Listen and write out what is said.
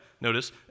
notice